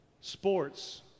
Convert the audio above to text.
Sports